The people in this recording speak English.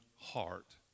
heart